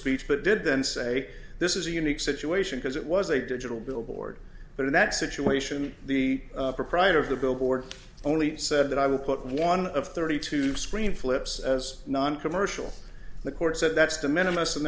speech but did then say this is a unique situation because it was a digital billboard but in that situation the proprietor of the billboard only said that i would put one of thirty two screen flips as noncommercial the court said that's the minimum